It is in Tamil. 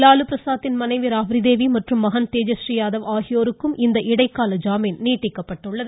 லாலு பிரசாத்தின் மனைவி ராப்ரிதேவி மற்றும் மகன் தேஜறீ யாதவ் ஆகியோருக்கும் இந்த இடைக்கால ஜாமீன் நீட்டிக்கப்பட்டுள்ளது